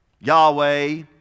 Yahweh